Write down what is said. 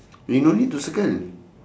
you no need to circle